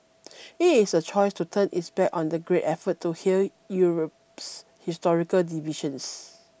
it is a choice to turn its back on the great effort to heal Europe's historical divisions